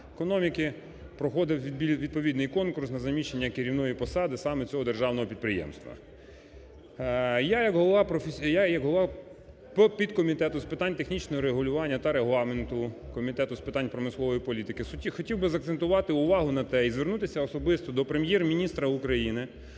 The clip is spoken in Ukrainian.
економіки проходив відповідний конкурс на заміщення керівної посади саме цього державного підприємства. Я як голова підкомітету з питань технічного регулювання та Регламенту Комітету з питань промислової політики хотів би закцентувати увагу на те і звернутися особисто до Прем'єр-міністра України,